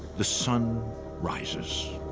the sun rises,